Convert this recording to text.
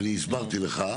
ואני הסברתי לך.